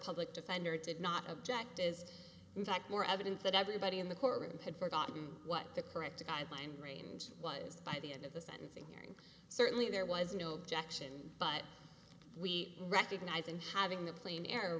public defender did not object is in fact more evident that everybody in the courtroom had forgotten what the correct guideline range was by the end of the sentencing hearing certainly there was no objection but we recognize in having the pl